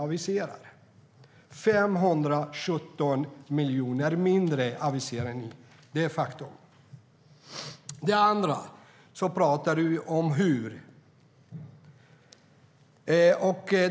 Det är 517 miljoner mindre, och det är ett faktum..